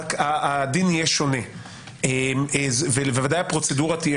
הדין יהיה שונה ובוודאי הפרוצדורה תהיה